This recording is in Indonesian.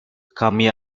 kami